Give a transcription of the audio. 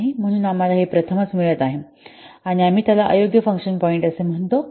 म्हणून आम्हाला हे प्रथमच मिळत आहे आम्ही त्याला अयोग्य फंक्शन पॉईंट म्हणतो